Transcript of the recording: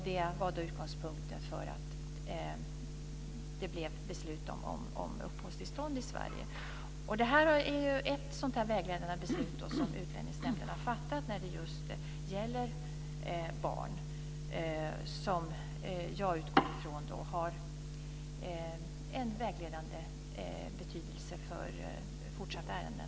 Det var utgångspunkten för att det blev ett beslut om uppehållstillstånd i Sverige. Detta är ett sådant vägledande beslut som Utlänningsnämnden har fattat när det just gäller barn och som jag utgår från har en vägledande betydelse för fortsatta ärenden.